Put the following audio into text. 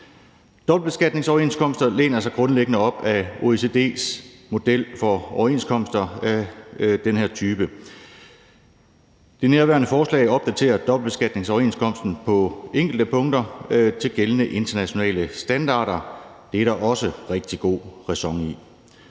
Dobbeltbeskatningsoverenskomster læner sig grundlæggende op ad OECD's model for overenskomster af den her type. Det nærværende forslag opdaterer dobbeltbeskatningsoverenskomsten på enkelte punkter til gældende internationale standarder. Det er der også rigtig god ræson i.